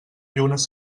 llunes